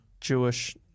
Jewish